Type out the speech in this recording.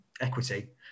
equity